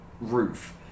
roof